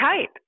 type